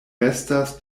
restas